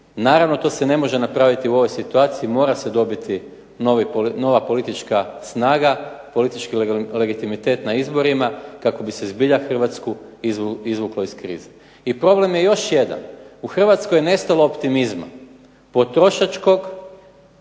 naravno to se ne može napraviti u ovoj situaciji, mora se dobiti nova politička snaga, politički legitimitet na izborima kako bi se zbilja Hrvatsku izvuklo iz krize. I problem je još jedan. U Hrvatskoj je nestalo optimizma potrošačkog,